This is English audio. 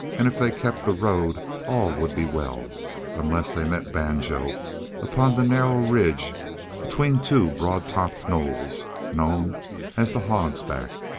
and if they kept the road all would be well unless they met banjo upon the narrow ridge between two broad-topped knolls, known as the hog's back.